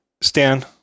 Stan